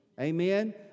Amen